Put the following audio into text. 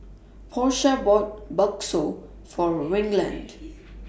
Porsha bought Bakso For Reginald